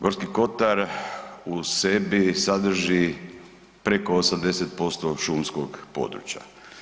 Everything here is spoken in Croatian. Gorski kotar u sebi sadrži preko 80% šumskog područja.